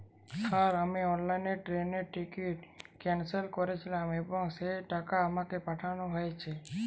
Sir আমি অনলাইনে ট্রেনের টিকিট ক্যানসেল করেছিলাম এবং সেই টাকা আমাকে পাঠানো হয়েছে?